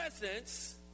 presence